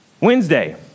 Wednesday